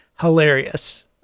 hilarious